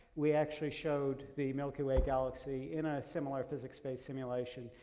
we actually showed the milky way galaxy in a similar physics space simulation,